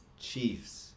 Chiefs